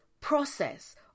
process